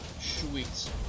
Sweet